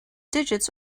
digits